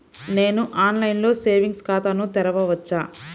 నేను ఆన్లైన్లో సేవింగ్స్ ఖాతాను తెరవవచ్చా?